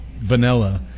vanilla